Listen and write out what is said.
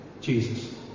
Jesus